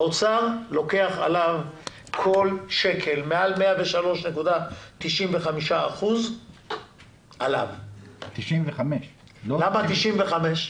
האוצר לוקח עליו כל שקל מעל 103.95%. למה 95?